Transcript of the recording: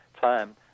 time